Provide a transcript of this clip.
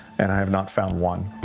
and i have not found one.